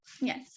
Yes